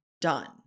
Done